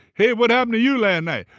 hey, what happened to you last night?